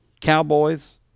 cowboys